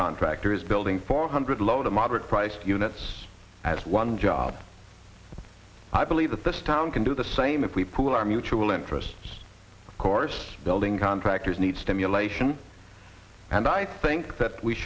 contractor is building four hundred low to moderate priced units as one job i believe that this town can do the same if we pool our mutual interests of course building contractors need stimulation and i think that we